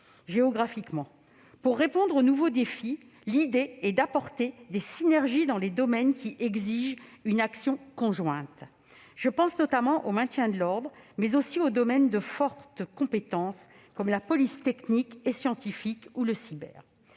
géographiquement. Pour répondre aux nouveaux défis, l'idée est d'apporter des synergies dans les domaines qui exigent une action conjointe. Je pense notamment au maintien de l'ordre, mais aussi aux domaines de forte compétence, comme la police technique et scientifique ou le cyber.